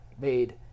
made